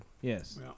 Yes